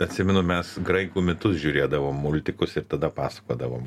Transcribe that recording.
atsimenu mes graikų mitus žiūrėdavom multikus ir tada pasakodavom